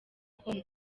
com